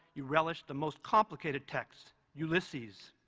you relished the most complicated texts ulysses,